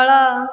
ତଳ